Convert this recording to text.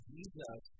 Jesus